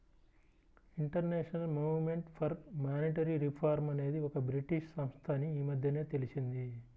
international movement for monetary reform అనేది ఒక British సంస్థ అని ఈ మధ్యనే తెలిసింది